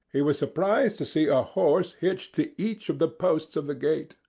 he was surprised to see a horse hitched to each of the posts of the gate.